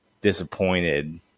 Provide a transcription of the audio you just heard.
disappointed